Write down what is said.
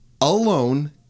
alone